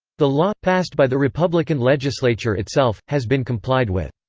the law, passed by the republican legislature itself, has been complied with.